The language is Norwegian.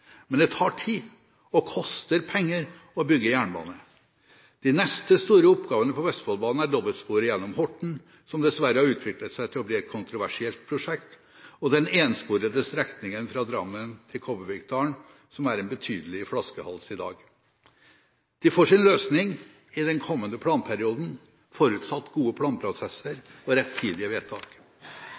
Men det tar tid og koster penger å bygge jernbane. De neste store oppgavene på Vestfoldbanen er dobbeltsporet gjennom Horten, som dessverre har utviklet seg til å bli et kontroversielt prosjekt, og den ensporede strekningen fra Drammen til Kobbervikdalen, som er en betydelig flaskehals i dag. De får sin løsning i den kommende planperioden, forutsatt gode planprosesser og rettidige vedtak.